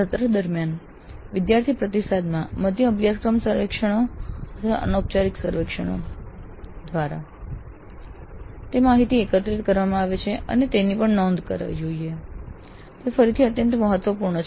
સત્ર દરમિયાન વિદ્યાર્થી પ્રતિસાદમાં મધ્ય અભ્યાસક્રમ સર્વેક્ષણો અથવા અનૌપચારિક સર્વેક્ષણો દ્વારા તે માહિતી એકત્રિત કરવામાં આવે છે અને તેની પણ નોંધ થવી જોઈએ તે ફરીથી અત્યંત મહત્વપૂર્ણ છે